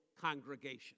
congregation